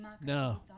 No